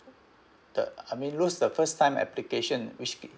the I mean lose the first time application which